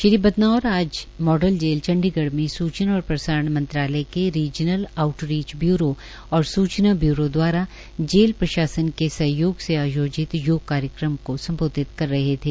श्री बदनौरने आज model jail Chandigarh में सूचना और प्रसारण मंत्रालय के रीज़नल आऊटरीच बय्रो और सुचना ब्य्रो दवारा जेल प्रशासन के सहयोग से आयोजित योग कार्यक्रम को सम्बोधितकर रहे थे